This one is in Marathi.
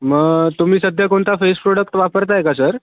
मग तुम्ही सध्या कोणता फेस प्रोडक्ट वापरत आहे का सर